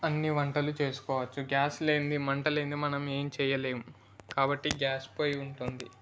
అన్ని వంటలు చేసుకోవచ్చు గ్యాస్ లేనిదే మంట లేనిదే మనం ఏం చెయ్యలేము కాబట్టి గ్యాస్ పొయ్యి ఉంటుంది